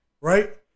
right